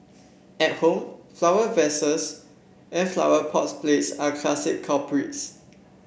at home flower vases and flower pot plates are classic culprits